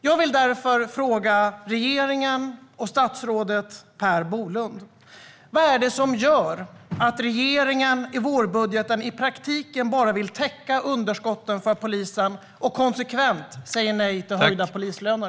Jag vill därför fråga regeringen och statsrådet Per Bolund: Vad är det som gör att regeringen i vårbudgeten i praktiken bara vill täcka underskotten för polisen och konsekvent säger nej till höjda polislöner?